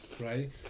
right